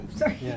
sorry